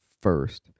first